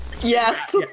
Yes